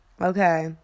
okay